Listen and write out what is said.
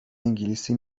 انگلیسی